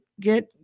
get